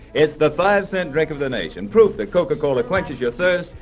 it's the five cent drink of the nation, proof that coca-cola quenches your thirst,